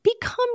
become